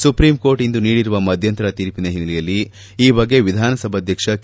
supreme court ಇಂದು ನೀಡಿರುವ ಮಧ್ಯಂತರ ತೀರ್ಷಿನ ಹಿನ್ನೆಲೆಯಲ್ಲಿ ಈ ಬಗ್ಗೆ ವಿಧಾನಸಭಾಧ್ಯಕ್ಷ ಕೆ